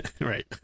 right